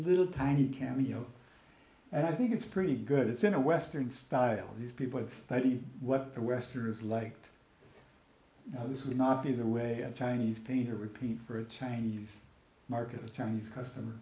little tiny cameo and i think it's pretty good it's in a western style these people study what the westerners liked this would not be the way chinese painter repeat for a chinese market a chinese custom